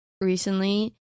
recently